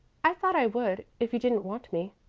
i thought i would, if you didn't want me.